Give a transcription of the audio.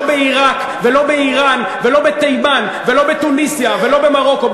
בעיראק ולא באיראן ולא בתימן ולא בתוניסיה ולא במרוקו.